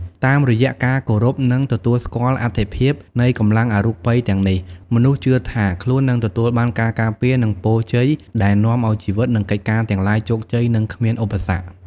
តាមរយៈការគោរព និងទទួលស្គាល់អត្ថិភាពនៃកម្លាំងអរូបិយទាំងនេះ មនុស្សជឿថាខ្លួននឹងទទួលបានការការពារ និងពរជ័យ ដែលនាំឲ្យជីវិត និងកិច្ចការទាំងឡាយជោគជ័យ និងគ្មានឧបសគ្គ។